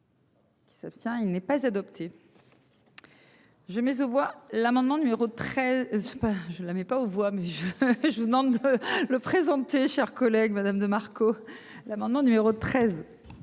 Qui s'abstient. Il n'est pas adopté. J'ai mes aux voix l'amendement numéro 13 je sais pas je ne aimais pas aux voix mais. Je vous demande de le présenter, chers collègues. Madame de Marco. L'amendement numéro 13.